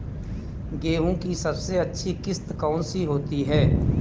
गेहूँ की सबसे अच्छी किश्त कौन सी होती है?